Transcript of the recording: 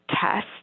test